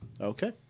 Okay